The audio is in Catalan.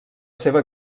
seva